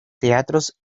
teatros